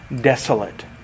desolate